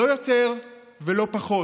לא יותר ולא פחות.